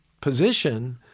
position